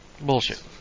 Bullshit